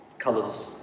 Colors